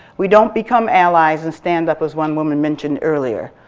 we don't become allies and stand up as one woman mentioned earlier.